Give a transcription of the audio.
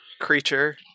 creature